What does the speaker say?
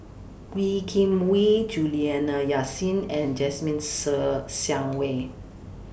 Wee Kim Wee Juliana Yasin and Jasmine Ser Xiang Wei